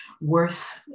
worth